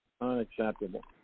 Unacceptable